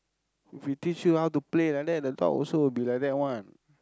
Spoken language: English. if you teach him how to play like that the dog will also be like that one